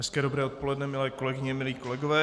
Hezké dobré odpoledne, milé kolegyně, milí kolegové.